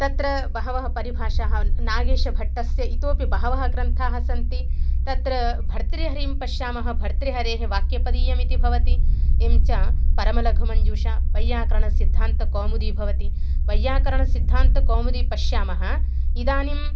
तत्र बह्व्यः परिभाषाः नागेशभट्टस्य इतोऽपि बहवः ग्रन्थाः सन्ति तत्र भर्तृहरिं पश्यामः भर्तृहरेः वाक्यपदीयमिति भवति एवं च परमलघुमञ्जूषा वैयाकरणसिद्धान्तकौमुदी भवति वैयाकरणसिद्धान्तकौमुदी पश्यामः इदानीम्